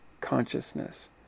consciousness